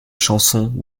chansons